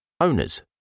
Owners